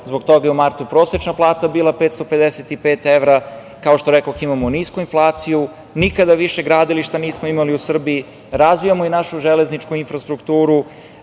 zbog toga je u martu prosečna plata bila 555 evra, kao što rekoh, imamo nisku inflaciju, nikada više gradilišta nismo imali u Srbiji, razvijamo i našu železničku infrastrukturu,